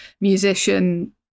musician